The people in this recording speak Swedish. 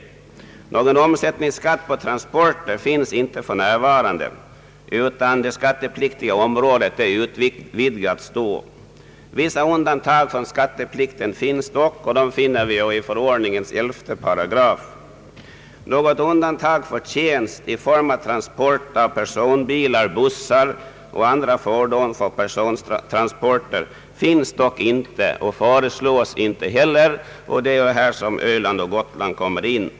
För närvarande utgår inte omsättningsskatt på transporter, utan det skattepliktiga området utvidgas alltså nästa år. Vissa undantag från skatteplikten medges dock. De återfinns i förordningens 11 §. Något undantag för tjänst i form av transport av personbilar, bussar och andra fordon för persontransporter finns dock inte och föreslås inte heller. Det är här Öland och Gotland kommer in.